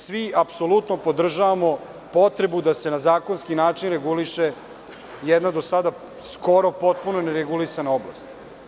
Svi apsolutno podržavamo potrebu da se na zakonski način reguliše jedna do sada, skoro, potpuno neregulisana oblast.